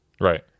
right